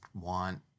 want